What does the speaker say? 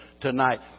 tonight